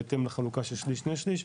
בהתאם לחלוקה של שליש/שני שליש,